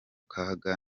kaga